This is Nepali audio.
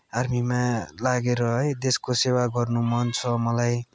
आर्मीमा लागेर है देशको सेवा गर्नु मन छ मलाई